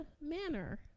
manner